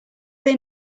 they